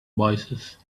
voicesand